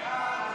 סעיפים